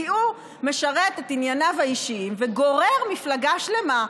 כי הוא משרת את ענייניו האישיים וגורר מפלגה שלמה,